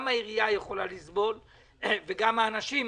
גם העירייה יכולה לסבול וגם האנשים,